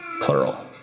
plural